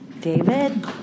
David